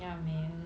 ya man